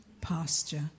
pasture